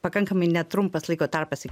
pakankamai netrumpas laiko tarpas